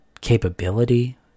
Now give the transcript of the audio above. capability